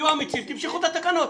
תהיו אמיצים, תמשכו את התקנות.